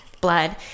blood